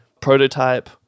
prototype